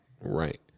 right